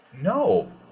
No